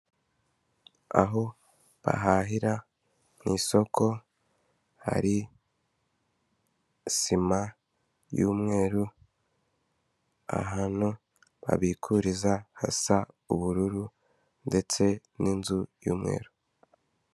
Aho bahahira mu isoko hari sima y'umweru, ahantu babikuriza hasa ubururu ndetse n'inzu y'umweru.